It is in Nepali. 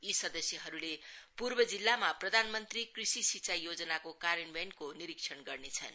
यी सदस्यहरूले पूर्व जिल्लामा प्रधानमन्त्री कृषि सिँचाई योजनाको कार्यान्वयनको निरीक्षण गर्नेछन्